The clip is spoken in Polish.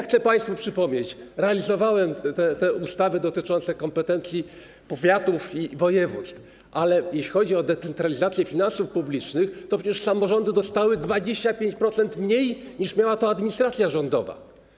Chcę państwu przypomnieć: realizowałem te ustawy dotyczące kompetencji powiatów i województw, ale jeśli chodzi o decentralizację finansów publicznych, to przecież samorządy dostały 25% mniej, niż miała to administracja rządowa.